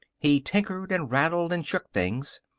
he tinkered and rattled and shook things.